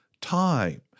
time